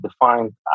defined